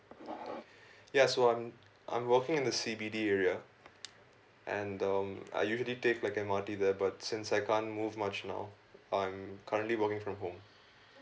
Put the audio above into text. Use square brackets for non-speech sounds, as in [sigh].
[breath] ya so I'm I'm working in the C_B_D area and um I usually take like M_R_T there but since I can't move much now I'm currently working from home